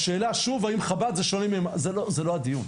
בשאלה האם חב"ד זה שונה, זה לא הדיון.